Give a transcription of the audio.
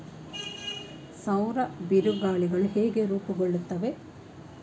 ಸೌರ ಬಿರುಗಾಳಿಗಳು ಹೇಗೆ ರೂಪುಗೊಳ್ಳುತ್ತವೆ?